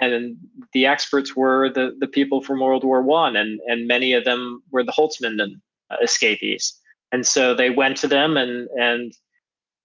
and the experts were the the people from world war i and and many of them were the holzminden escapees and so they went to them and and